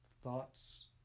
thoughts